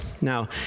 Now